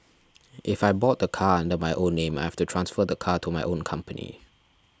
if I bought the car under my own name I have to transfer the car to my own company